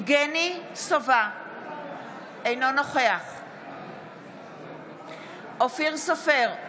אינו נוכח אופיר סופר,